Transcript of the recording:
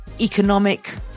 economic